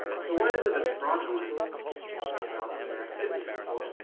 so what is it that's fraudulent about their activities? well,